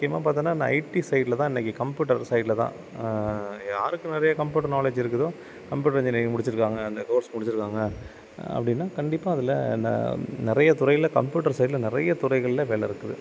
முக்கியமாக பார்த்தனா இந்த ஐடி சைடில்தான் இன்றைக்கி கம்ப்யூட்டர் சைடில்தான் யாருக்கு நிறைய கம்ப்யூட்டர் நாலேஜ் இருக்குதோ கம்ப்யூட்டர் இன்ஜினீயரிங் முடித்து இருக்காங்க அந்த கோர்ஸ் முடித்து இருக்காங்க அப்படின்னா கண்டிப்பாக அதில் நான் நிறைய துறையில் கம்ப்யூட்டர் சைடில் நிறைய துறைகளில் வேலை இருக்குது